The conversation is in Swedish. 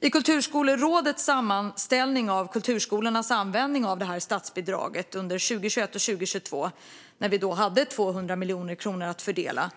I Kulturskolerådets sammanställning av kulturskolornas användning av detta statsbidrag under 2021 och 2022, då vi hade 200 miljoner kronor att fördela,